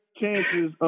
chances